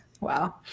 Wow